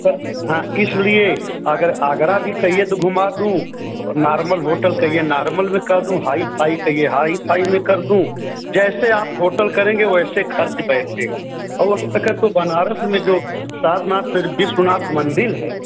तो हाँ इसलिए अगर आगरा भी कहिए तो घुमा दूँ नार्मल होटल कहिए नार्मल में कर दूँ हाई फाई कहिए हाई फाई में कर दूँ जैसे आप होटल करेंगे वैसे खर्च बैठेगा औ ओस तक है तो बनारस में जो सारनाथ फिर विश्वनाथ मंदिर है